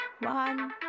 One